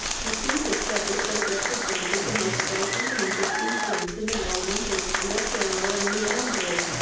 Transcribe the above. he soon discovered that it represented the most striking and interesting scenes in the well-known history of hero and leander,